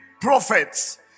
prophets